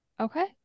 okay